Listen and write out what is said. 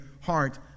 heart